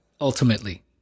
ultimately